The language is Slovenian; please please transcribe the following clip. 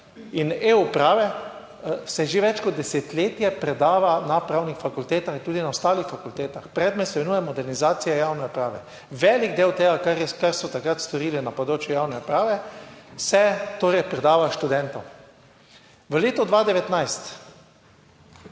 in e-uprave se že več kot desetletje predava na pravnih fakultetah in tudi na ostalih fakultetah, predmet se imenuje modernizacija javne uprave. Velik del tega, kar so takrat storili na področju javne uprave, se torej predava študentom. V letu 2019,